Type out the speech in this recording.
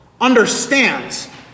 understands